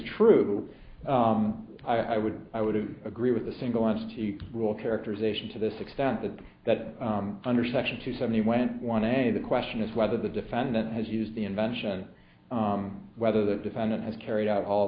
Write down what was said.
true i would i would agree with a single entity rule characterization to this extent that that under section two seventy when one a the question is whether the defendant has used the invention whether the defendant has carried out all